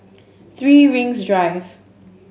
Three Rings Drive